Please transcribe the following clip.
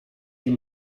die